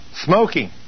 Smoking